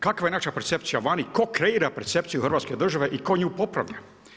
Kakva je naša percepcija vani, tko kreira percepciju hrvatske države i tko nju popravlja?